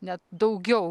net daugiau